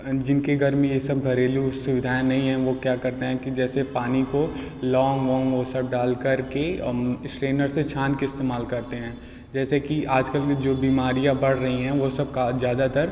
जिनके घर में ये सब घरेलू सुविधाएं नहीं हैं वो क्या करते हैं कि जैसे पानी को लॉन्ग वॉन्ग वो सब डाल कर के इस्ट्रेनर से छान के इस्तेमाल करते हैं जैसे कि आजकल की जो भी बीमारियाँ बढ़ रही हैं वो सबका ज़्यादातर